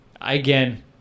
again